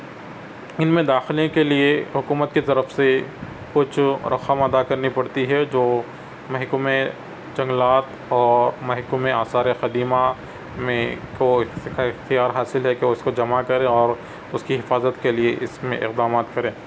ان میں داخلے کے لیے حکومت کی طرف سے کچھ رقم ادا کرنی پڑتی ہے جو محکمۂ جنگلات اور محکمۂ آثار قدیمہ میں کو اختیار حاصل ہے کہ اس کو جمع کرے اور اس کی حفاظت کے لیے اس میں اقدامات کرے